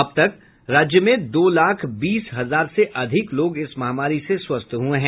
अब तक राज्य में दो लाख बीस हजार से अधिक लोग इस महामारी से स्वस्थ हुए हैं